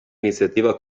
iniziativa